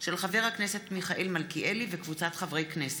של חבר הכנסת מיכאל מלכיאלי וקבוצת חברי הכנסת,